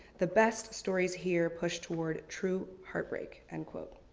the best stories here pushed towards true heartbreak, end quote.